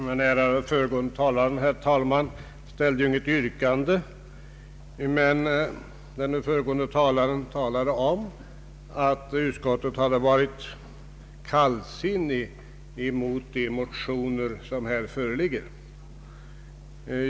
Herr talman! Den föregående ärade talaren ställde inget yrkande. Han menade dock att utskottet hade varit kallsinnigt till de motioner som här föreligger.